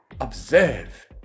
Observe